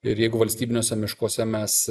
ir jeigu valstybiniuose miškuose mes